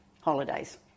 holidays